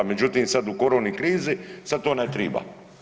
Međutim, sada u korona krizi sada to ne treba.